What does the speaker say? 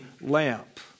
lamp